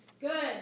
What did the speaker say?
good